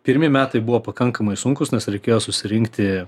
pirmi metai buvo pakankamai sunkūs nes reikėjo susirinkti